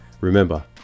remember